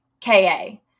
K-A